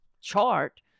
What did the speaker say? chart